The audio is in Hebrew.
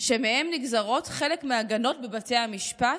שמהם נגזרות חלק מההגנות בבתי המשפט,